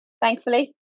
thankfully